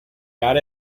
got